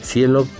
Cielo